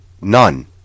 None